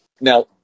Now